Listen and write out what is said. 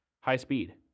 High-speed